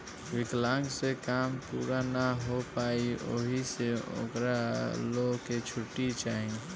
विकलांक से काम पूरा ना हो पाई ओहि से उनका लो के छुट्टी चाही